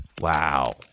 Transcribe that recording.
Wow